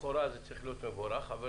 לכאורה זה מבורך, אבל